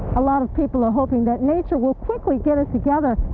a lot of people are hoping that nature will quickly get it a